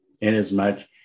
inasmuch